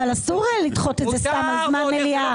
אבל אסור לדחות את זה סתם על זמן מליאה.